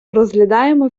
розглядаємо